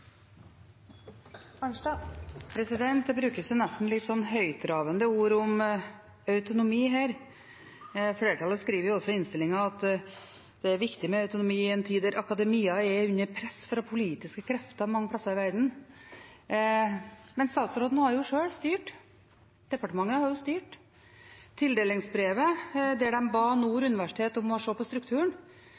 Det blir replikkordskifte. Det brukes nesten litt høyttravende ord om autonomi her. Flertallet skriver også i innstillingen at det er viktig med autonomi i en tid der akademia er under press fra politiske krefter mange steder i verden. Men statsråden har sjøl styrt, departementet har styrt, i tildelingsbrevet der de ba Nord universitet om å se på strukturen.